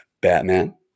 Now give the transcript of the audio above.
Batman